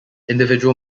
individual